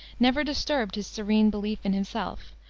never disturbed his serene belief in himself,